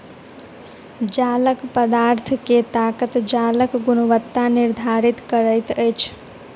जालक पदार्थ के ताकत जालक गुणवत्ता निर्धारित करैत अछि